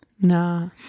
No